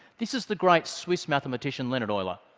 this is the great swiss mathematician leonhard euler.